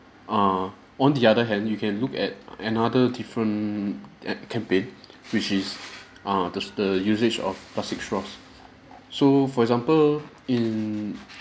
err on the other hand you can look at another different at campaign which is err the st~ the usage of plastic straws so for example in err